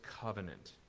covenant